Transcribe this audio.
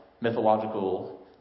mythological